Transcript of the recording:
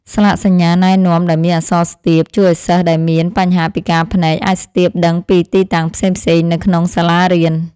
ស្លាកសញ្ញាណែនាំដែលមានអក្សរស្ទាបជួយឱ្យសិស្សដែលមានបញ្ហាពិការភ្នែកអាចស្ទាបដឹងពីទីតាំងផ្សេងៗនៅក្នុងសាលារៀន។